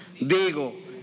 digo